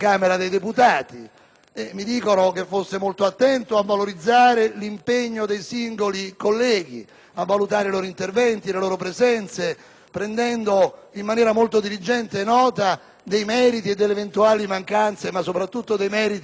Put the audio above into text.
Mi dicono che fosse molto attento a valorizzare l'impegno dei singoli colleghi, a valutare i loro interventi, le loro presenze, prendendo nota in maniera diligente dei meriti e delle eventuali mancanze, ma soprattutto dei meriti di ciascuno.